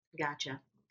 gotcha